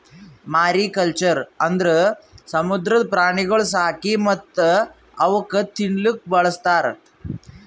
mariculture ಅಂದುರ್ ಸಮುದ್ರದ ಪ್ರಾಣಿಗೊಳ್ ಸಾಕಿ ಮತ್ತ್ ಅವುಕ್ ತಿನ್ನಲೂಕ್ ಬಳಸ್ತಾರ್